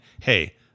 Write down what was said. hey